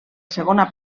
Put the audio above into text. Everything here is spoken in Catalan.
segona